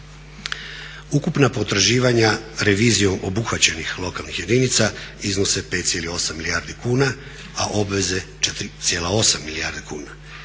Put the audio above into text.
Ukupna potraživanja revizijom obuhvaćenih lokalnih jedinica iznose 5,8 milijardi kuna, a obveze 4,8 milijarde kuna.